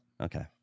Okay